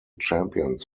champions